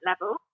level